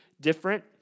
different